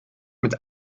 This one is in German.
mit